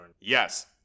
Yes